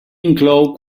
inclou